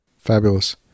Fabulous